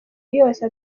yose